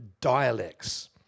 dialects